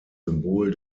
symbol